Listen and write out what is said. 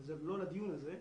אבל זה לא לדיון הזה,